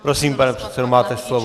Prosím, pane předsedo, máte slovo.